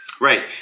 Right